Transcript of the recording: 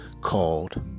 called